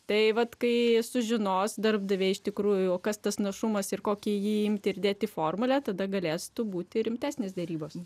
tai vat kai sužinos darbdaviai iš tikrųjų kas tas našumas ir kokį jį imti ir dėt į formulę tada galėstų būti rimtesnės derybos